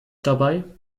dabei